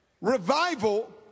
revival